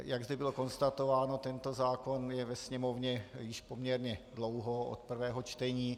Jak zde bylo konstatováno, tento zákon je ve sněmovně již poměrně dlouho od prvního čtení.